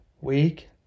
week